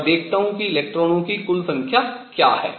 और देखता हूँ कि इलेक्ट्रॉनों की कुल संख्या क्या है